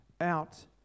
out